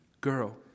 girl